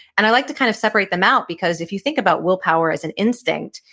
and i like to kind of separate them out because if you think about willpower as an instinct,